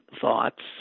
thoughts